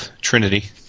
Trinity